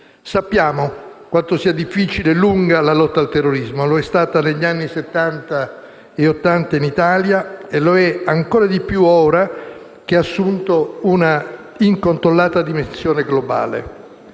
Sappiamo quanto sia difficile e lunga la lotta al terrorismo. Lo è stata negli anni Settanta e Ottanta in Italia, lo è ancora di più ora che ha assunto un'incontrollata dimensione globale,